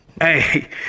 hey